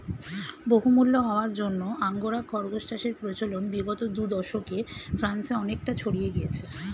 বহুমূল্য হওয়ার জন্য আঙ্গোরা খরগোশ চাষের প্রচলন বিগত দু দশকে ফ্রান্সে অনেকটা ছড়িয়ে গিয়েছে